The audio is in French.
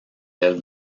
elle